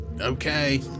Okay